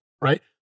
Right